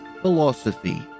Philosophy